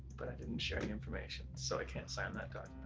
but i didn't share any information, so i can't sign that